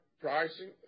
pricing